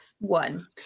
one